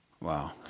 Wow